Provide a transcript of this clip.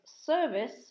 service